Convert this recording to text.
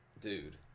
Dude